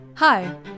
Hi